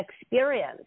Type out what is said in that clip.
experience